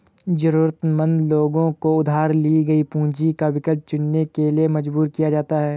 जरूरतमंद लोगों को उधार ली गई पूंजी का विकल्प चुनने के लिए मजबूर किया जाता है